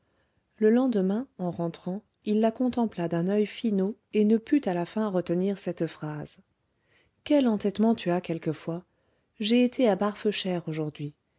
le lendemain en rentrant il la contempla d'un oeil finaud et ne put à la fin retenir cette phrase quel entêtement tu as quelquefois j'ai été à barfeuchères aujourd'hui